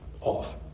off